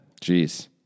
Jeez